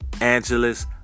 Angeles